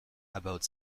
about